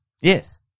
Yes